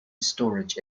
storage